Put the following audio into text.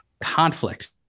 conflict